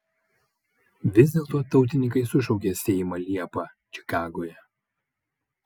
vis dėlto tautininkai sušaukė seimą liepą čikagoje